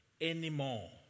anymore